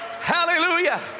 Hallelujah